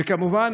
וכמובן,